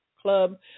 club